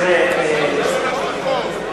תראה,